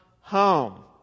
home